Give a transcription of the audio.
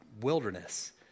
wilderness